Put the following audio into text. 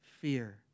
fear